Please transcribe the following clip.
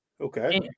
okay